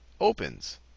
opens